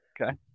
Okay